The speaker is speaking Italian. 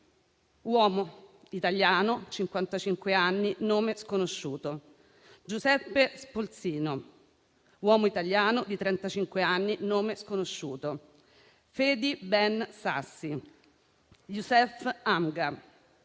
uomo italiano di 55 anni (nome sconosciuto), Giuseppe Spolzino, uomo italiano di 35 anni (nome sconosciuto), Fedi Ben Sassi, Yousef Hamga,